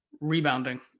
rebounding